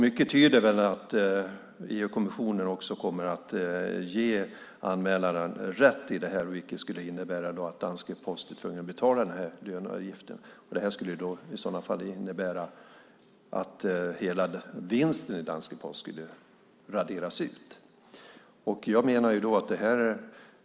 Mycket tyder väl på att EU-kommissionen kommer att ge anmälaren rätt här, vilket skulle innebära att danska Posten blir tvungen att betala den här löneavgiften. I sådana fall skull det innebära att hela vinsten i danska Posten raderades ut.